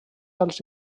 als